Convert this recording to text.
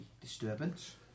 disturbance